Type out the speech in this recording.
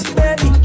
baby